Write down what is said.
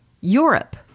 Europe